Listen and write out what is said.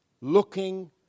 looking